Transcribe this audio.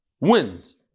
wins